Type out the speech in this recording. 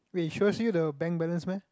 wait it shows you the bank balance meh